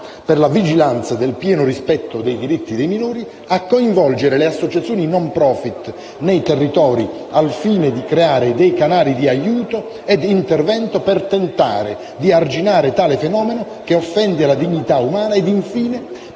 per la vigilanza del pieno rispetto dei diritti dei minori; a coinvolgere le associazioni *non profìt* operanti nei territori al fine di creare dei canali di aiuto ed intervento per tentare di arginare tale fenomeno che offende la dignità umana. Infine,